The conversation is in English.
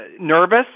nervous